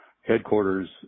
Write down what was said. headquarters